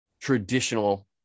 traditional